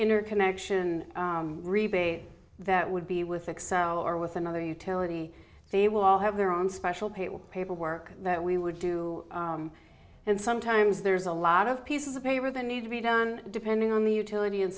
interconnection rebate that would be with excel or with another utility they will all have their own special paper paperwork that we would do and sometimes there's a lot of pieces of paper that need to be done depending on the utility and